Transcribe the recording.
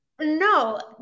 no